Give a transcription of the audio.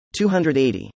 280